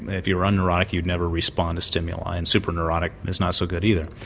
if you're un-neurotic you'd never respond to stimuli and super-neurotic is not so good either.